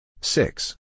six